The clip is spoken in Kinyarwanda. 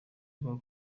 avuga